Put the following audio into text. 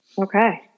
Okay